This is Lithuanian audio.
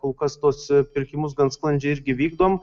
kol kas tuos pirkimus gan sklandžiai irgi vykdom